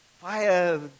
Fire